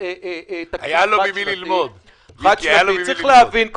צריך להבין,